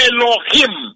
Elohim